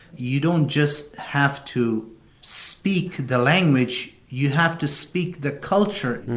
you don't just have to speak the language. you have to speak the culture,